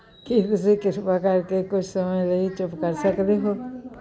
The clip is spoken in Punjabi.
ਕੀ ਤੁਸੀਂ ਕਿਰਪਾ ਕਰਕੇ ਕੁਝ ਸਮੇਂ ਲਈ ਚੁੱਪ ਕਰ ਸਕਦੇ ਹੋ